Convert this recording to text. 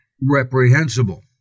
reprehensible